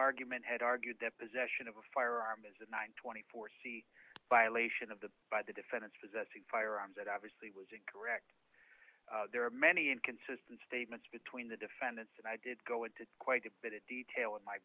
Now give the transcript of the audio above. argument had argued that possession of a firearm is a nine hundred and twenty four c violation of the by the defendants possessing firearms that obviously was incorrect there are many inconsistent statements between the defendants and i did go into quite a bit of detail in my